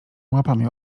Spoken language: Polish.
łapami